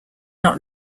not